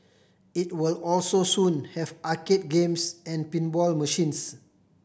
it will also soon have arcade games and pinball machines